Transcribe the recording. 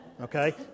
Okay